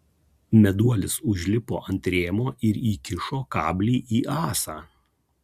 meduolis užlipo ant rėmo ir įkišo kablį į ąsą